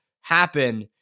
happen